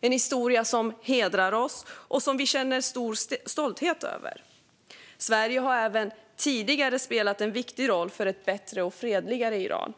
Det är en historia som hedrar oss och som vi känner stor stolthet över. Sverige har även tidigare spelat en viktig roll för ett bättre och fredligare Iran.